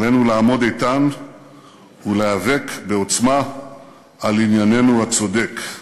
עלינו לעמוד איתן ולהיאבק בעוצמה על ענייננו הצודק.